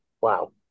wow